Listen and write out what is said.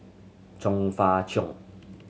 Chong Fah Cheong